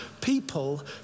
people